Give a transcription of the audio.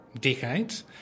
decades